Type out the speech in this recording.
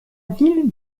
ville